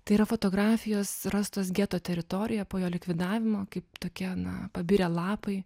tai yra fotografijos rastos geto teritorijoj po jo likvidavimo kaip tokie na pabirę lapai